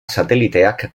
sateliteak